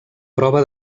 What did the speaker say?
prova